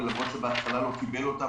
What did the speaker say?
ולמרות שבהתחלה לא קיבל אותה,